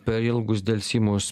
per ilgus delsimus